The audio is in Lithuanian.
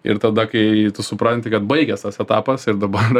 ir tada kai tu supranti kad baigias tas etapas ir dabar